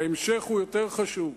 ההמשך יותר חשוב,